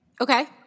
Okay